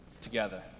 together